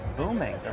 booming